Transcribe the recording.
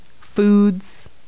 foods